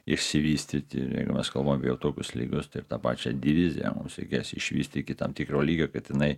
išsivystyti ir jeigu mes kalbam apie jau tokius lygius tai ir tą pačią diviziją mums reikės išvysti iki tam tikro lygio kad jinai